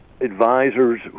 advisors